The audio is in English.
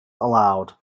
allowed